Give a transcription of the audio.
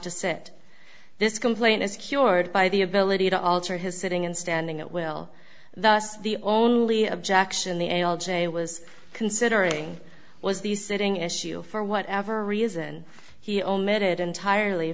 to sit this complaint is cured by the ability to alter his sitting and standing at will thus the only objection the a l j was considering was the sitting issue for whatever reason he omitted entirely